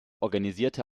organisierte